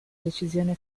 decisione